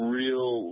real